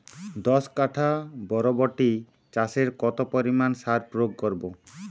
দশ কাঠা বরবটি চাষে কত পরিমাণ সার প্রয়োগ করব?